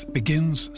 begins